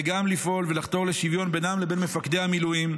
וגם לפעול ולחתור לשוויון בינם לבין מפקדי המילואים,